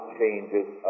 changes